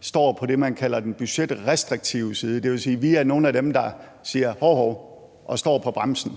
står på det, man kalder den budgetrestriktive side. Det vil sige, at vi er nogle af dem, der siger hov, hov og står på bremsen.